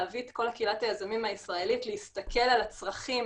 להביא את כל קהילת היזמים הישראלית להסתכל על הצרכים